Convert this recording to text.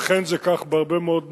אכן זה כך בהרבה מאוד מקרים,